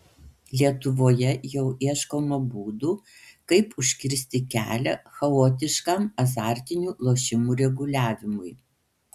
lietuvoje jau ieškoma būdų kaip užkirsti kelią chaotiškam azartinių lošimų reguliavimui